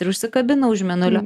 ir užsikabino už mėnulio